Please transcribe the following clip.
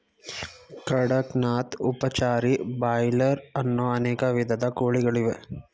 ಕಡಕ್ ನಾಥ್, ಉಪಚಾರಿ, ಬ್ರಾಯ್ಲರ್ ಅನ್ನೋ ಅನೇಕ ವಿಧದ ಕೋಳಿಗಳಿವೆ